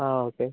ആ ഓക്കെ